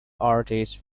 artist